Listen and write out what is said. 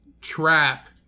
trap